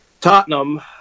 Tottenham